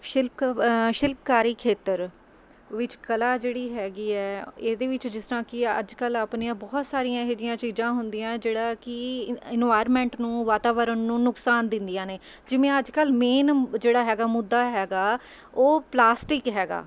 silk ਸ਼ਿਲਪਕਾਰੀ ਖੇਤਰ ਵਿੱਚ ਕਲਾ ਜਿਹੜੀ ਹੈਗੀ ਹੈ ਇਹਦੇ ਵਿੱਚ ਜਿਸ ਤਰ੍ਹਾਂ ਕਿ ਅੱਜ ਕੱਲ੍ਹ ਆਪਣੀਆਂ ਬਹੁਤ ਸਾਰੀਆਂ ਇਹੋ ਜਿਹੀਆਂ ਚੀਜ਼ਾਂ ਹੁੰਦੀਆਂ ਹੈ ਜਿਹੜਾ ਕਿ ਇਨਵਾਇਰਮੈਂਟ ਨੂੰ ਵਾਤਾਵਰਨ ਨੂੰ ਨੁਕਸਾਨ ਦਿੰਦੀਆਂ ਨੇ ਜਿਵੇਂ ਅੱਜ ਕੱਲ੍ਹ ਮੇਨ ਜਿਹੜਾ ਹੈਗਾ ਮੁੱਦਾ ਹੈਗਾ ਉਹ ਪਲਾਸਟਿਕ ਹੈਗਾ